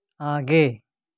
आगे